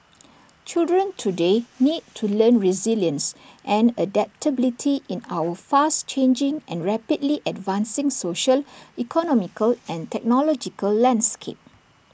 children today need to learn resilience and adaptability in our fast changing and rapidly advancing social economical and technological landscape